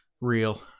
real